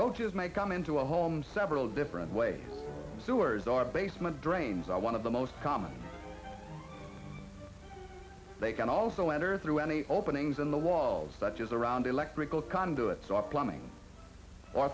roaches may come into a home several different ways sewers are basement drains are one of the most common they can also enter through any openings in the walls such as around electrical conduit so plumbing or